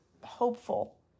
hopeful